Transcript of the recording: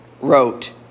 wrote